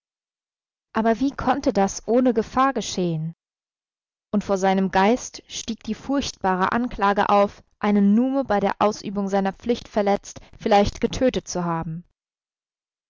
aber wie konnte das ohne gefahr geschehen und vor seinem geist stieg die furchtbare anklage auf einen nume bei der ausübung seiner pflicht verletzt vielleicht getötet zu haben